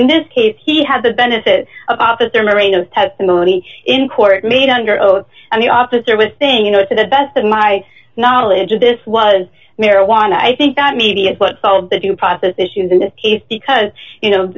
in this case he had the benefit of officer radios testimony in court made under oath and the officer was saying you know to the best of my knowledge of this was marijuana i think that maybe it's what's called the due process issues in this case because you know